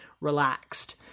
relaxed